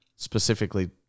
specifically